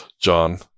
John